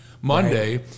Monday